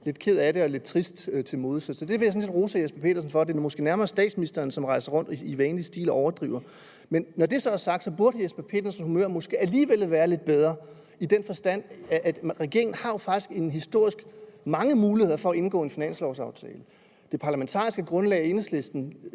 lidt ked af det og lidt trist til mode. Så det vil jeg sådan set rose hr. Jesper Petersen for. Det er måske nærmere statsministeren, som rejser rundt i vanlig stil og overdriver. Men når det så er sagt, burde hr. Jesper Petersens humør måske alligevel være lidt bedre i den forstand, at regeringen jo faktisk har historisk mange muligheder for at indgå en finanslovaftale. Det parlamentariske grundlag, Enhedslisten,